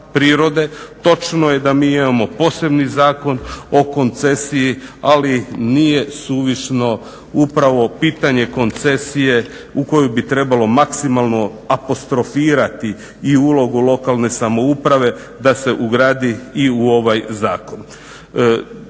Točno je da mi imamo posebni Zakon o koncesiji, ali nije suvišno upravo pitanje koncesije u koju bi trebalo maksimalno apostrofirati i ulogu lokalne samouprave da se ugradi i u ovaj zakon.